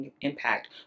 impact